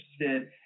interested